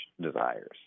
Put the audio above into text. desires